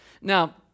Now